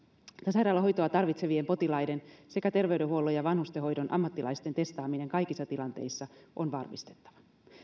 sairaalahoitoa tarvitsevien potilaiden sekä terveydenhuollon ja vanhustenhoidon ammattilaisten testaaminen kaikissa tilanteissa on varmistettava